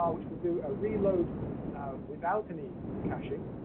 um which will do a reload without any caching.